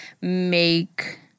make